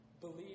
believe